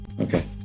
okay